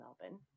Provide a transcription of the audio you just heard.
Melbourne